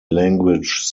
language